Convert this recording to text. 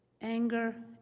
Anger